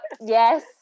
yes